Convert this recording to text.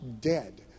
dead